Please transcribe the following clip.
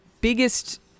biggest